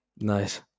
Nice